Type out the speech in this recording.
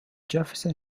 jefferson